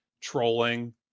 trolling